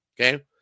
Okay